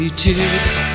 tears